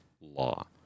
law